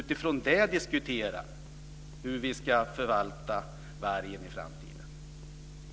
Utifrån det ska vi diskutera hur vi ska förvalta vargen i framtiden.